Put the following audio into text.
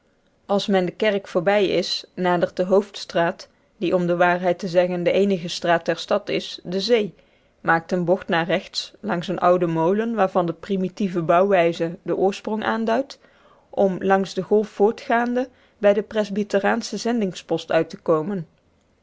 als men de kerk voorbij is nadert de hoofdstraat die om de waarheid te zeggen de eenige straat der stad is de zee maakt eene bocht naar rechts langs een ouden molen waarvan de primitieve bouwwijze den oorsprong aanduidt om langs de golf voortgaande bij den presbyteriaanschen zendingspost uit te komen